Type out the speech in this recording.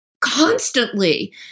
constantly